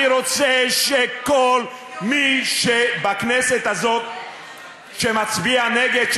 אני רוצה שכל מי שבכנסת הזאת שמצביע נגד,